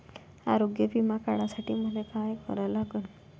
आरोग्य बिमा काढासाठी मले काय करा लागन?